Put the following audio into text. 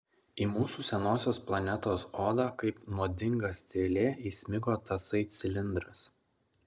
į mūsų senosios planetos odą kaip nuodinga strėlė įsmigo tasai cilindras